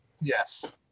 Yes